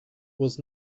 was